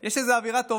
יש הרבה תקווה.